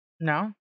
No